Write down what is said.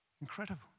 Incredible